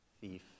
thief